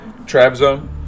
Trabzone